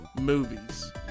movies